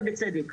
ובצדק.